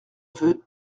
veux